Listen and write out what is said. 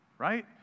Right